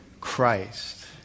Christ